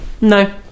no